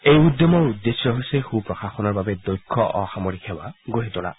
এই উদ্যমৰ উদ্দেশ্য হৈছে সূ প্ৰশাসনৰ বাবে দক্ষ অসামৰিক সেৱা গঢ়ি তোলা